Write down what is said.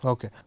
Okay